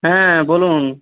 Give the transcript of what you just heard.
হ্যাঁ বলুন